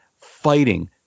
fighting